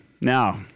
now